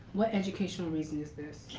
what educational reason is this?